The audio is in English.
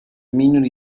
minute